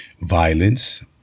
violence